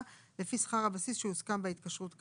לפי שכר הבסיס שהוסכם בהתקשרות כאמור.